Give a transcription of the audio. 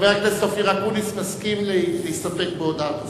חבר הכנסת אופיר אקוניס מסכים להספק בהודעת השר.